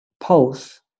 Pulse